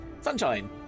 sunshine